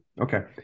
Okay